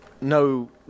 no